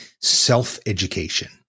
self-education